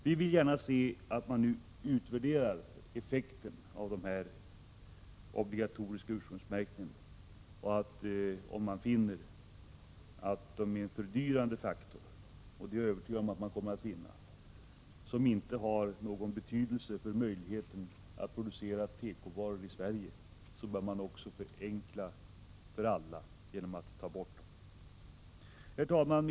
Vi vill gärna se att man nu utvärderar effekten av den obligatoriska ursprungsmärkningen. Om man finner att den är en fördyrande faktor — och det är jag övertygad om att man kommer att finna — som inte har någon betydelse för möjligheten att producera tekovaror i Sverige, bör man också förenkla för alla genom att ta bort den. Herr talman!